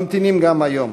ממתינים גם היום.